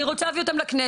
אני רוצה להביא אותן לכנסת.